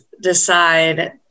decide